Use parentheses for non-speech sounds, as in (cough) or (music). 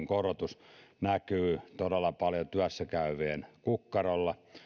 (unintelligible) korotus näkyy todella paljon työssäkäyvien kukkarolla